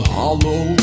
hollow